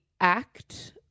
act